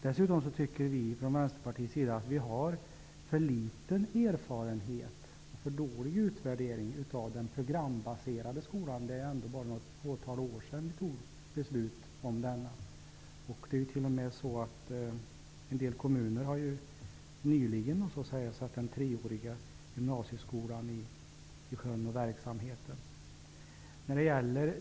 Från Vänsterpartiets sida tycker vi dessutom att det finns för litet erfarenhet och att det gjorts för dålig utvärdering av den programbaserade skolan. Det är ändå bara ett fåtal år sedan vi fattade beslut om att införa denna programbaserade skola. En del kommuner har först nyligen startat verksamheten och satt den treåriga gymnasieskolan i sjön.